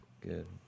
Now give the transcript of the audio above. Good